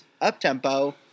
up-tempo